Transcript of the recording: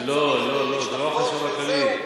אני צריך להשתחוות וזהו?